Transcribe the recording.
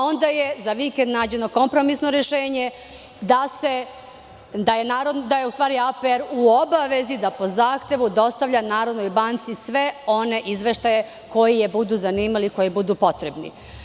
Onda je za vikend nađeno kompromisno rešenje da je u stvari APR u obavezi da po zahtevu dostavlja NBS sve one izveštaje koji je budu zanimali, koji budu potrebni.